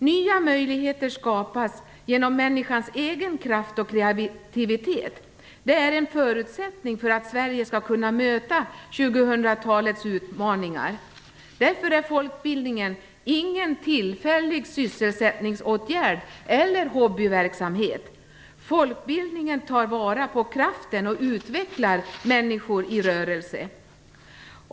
Nya möjligheter skapas genom människans egen kraft och kreativitet. Det är en förutsättning för att Sverige skall kunna möta 2000-talets utmaningar. Därför är folkbildningen ingen tillfällig sysselsättningsåtgärd eller hobbyverksamhet. Folkbildningen tar vara på kraften och utvecklar människor i rörelse.